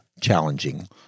challenging